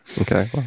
Okay